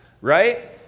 right